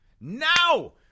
now